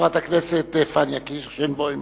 חברת הכנסת פניה קירשנבאום